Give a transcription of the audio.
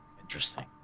Interesting